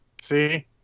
See